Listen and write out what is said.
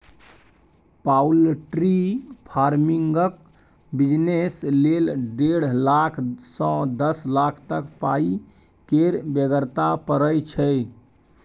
poultry फार्मिंगक business लेल डेढ़ लाख सँ दस लाख तक पाइ केर बेगरता परय छै